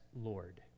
Lord